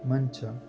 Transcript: ಮಂಚ